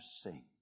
sing